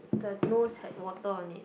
the nose has water on it